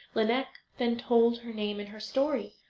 lineik then told her name and her story.